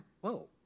whoa